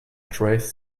trace